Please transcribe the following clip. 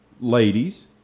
ladies